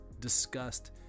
discussed